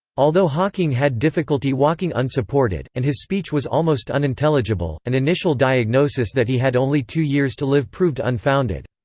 although hawking had difficulty walking unsupported, and his speech was almost unintelligible, an initial diagnosis that he had only two years to live proved unfounded.